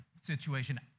situation